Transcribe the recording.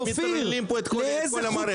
אתם מטרללים כאן את כל המערכת.